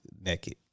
naked